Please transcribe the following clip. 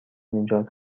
نجات